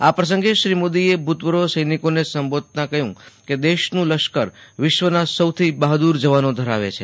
આ પ્રસંગે શ્રી મોદીએ ભૂતપૂર્વ સૈનિકોને સંબોધતાં કહ્યું કે દેશનું લશ્કર વિશ્વના સૌથી બહાદ્દર જવાનો ધરાવે છે